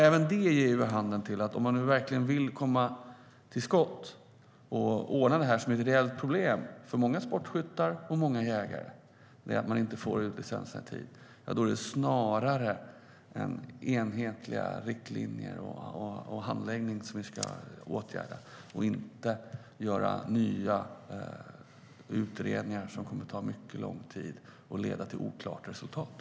Även det ger vid handen att om man verkligen vill komma till skott och ordna upp det här, som är ett reellt problem för många sportskyttar och jägare som inte får ut licenserna i tid, då är det snarare enhetliga riktlinjer och handläggning som vi ska åtgärda, inte göra nya utredningar som skulle ta mycket lång tid och leda till oklart resultat.